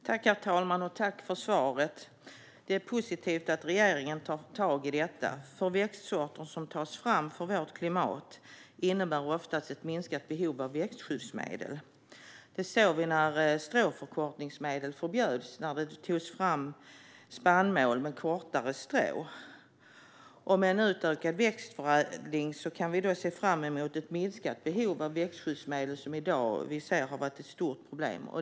Herr talman! Tack för svaret! Det är positivt att regeringen tar tag i detta, eftersom växtsorter som tas fram för vårt klimat oftast innebär att behovet av växtskyddsmedel minskar. Det såg vi när stråförkortningsmedel förbjöds och man tog fram spannmål med kortare strån. Med en utökad växtförädling kan vi se fram emot ett minskat behov av växtskyddsmedel som vi i dag ser har varit ett stort problem.